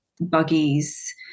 buggies